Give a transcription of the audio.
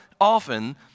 often